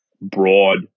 broad